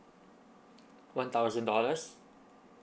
one thousand dollars